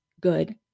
good